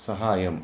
सहायम्